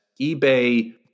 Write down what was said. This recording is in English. eBay